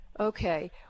okay